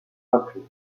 reprise